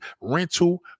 rental